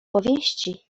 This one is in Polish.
powieści